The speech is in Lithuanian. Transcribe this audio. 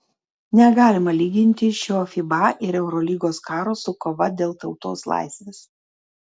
negalima lyginti šio fiba ir eurolygos karo su kova dėl tautos laisvės